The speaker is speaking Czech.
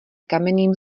kamenným